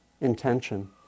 intention